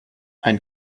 ein